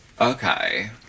Okay